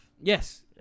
Yes